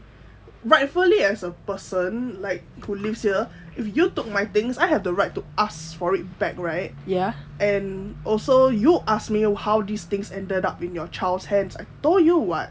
rightfully as a person like who lives here if you took my things I have the right to ask for it back right and also you ask me and how these things ended up in your child's hands I told you [what]